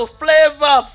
flavor